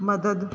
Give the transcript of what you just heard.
मदद